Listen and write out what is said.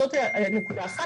זו נקודה אחת.